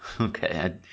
Okay